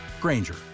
Granger